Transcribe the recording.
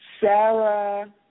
Sarah